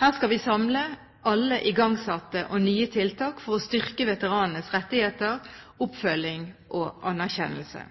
Her skal vi samle alle igangsatte og nye tiltak for å styrke veteranenes rettigheter, oppfølging og anerkjennelse.